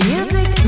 Music